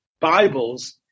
Bibles